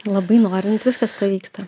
labai norint viskas pavyksta